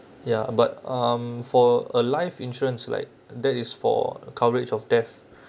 ya but um for a life insurance like that is for coverage of death